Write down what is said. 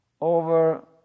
over